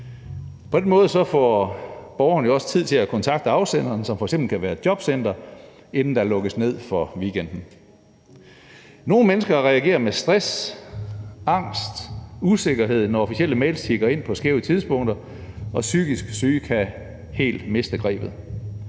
På den måde får borgeren også tid til at kontakte afsenderen, som f.eks. kan være et jobcenter, inden der lukkes ned for weekenden. Nogle mennesker reagerer med stress, angst og usikkerhed, når officielle mails tikker ind på skæve tidspunkter, og psykisk syge kan helt miste grebet.